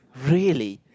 really